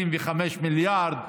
25 מיליארד,